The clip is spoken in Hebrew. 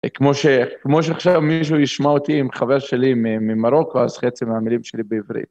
כמו שעכשיו מישהו ישמע אותי עם חבר שלי ממרוקו, אז חצי מהמילים שלי בעברית.